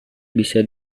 bisa